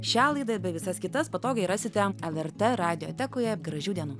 šią laidą bei visas kitas patogiai rasite lrt radiotekoje gražių dienų